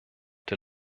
der